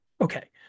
okay